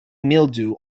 mildew